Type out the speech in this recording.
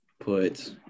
put